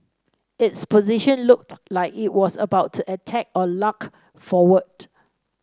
its position looked like it was about to attack or lunge forward